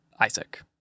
Isaac